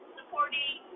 Supporting